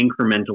incremental